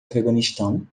afeganistão